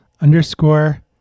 underscore